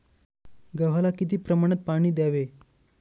गव्हाला किती प्रमाणात पाणी द्यावे?